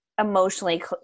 emotionally